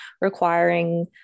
requiring